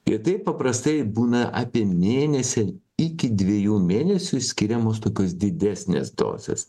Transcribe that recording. ir tai paprastai būna apie mėnesį iki dviejų mėnesių skiriamos tokios didesnės dozės